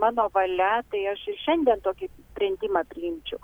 mano valia tai aš ir šiandien tokį sprendimą priimčiau